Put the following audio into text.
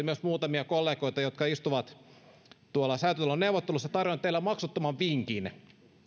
myös muutamia kollegoita jotka istuvat säätytalon neuvotteluissa teille maksuttoman vinkin